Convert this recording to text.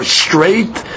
straight